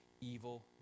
evil